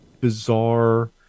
bizarre